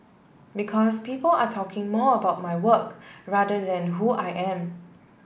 because people are talking more about my work rather than who I am